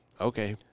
Okay